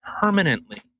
permanently